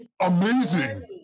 amazing